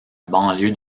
banlieue